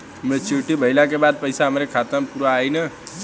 Maturity भईला के बाद पईसा हमरे खाता म पूरा आई न?